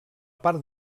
part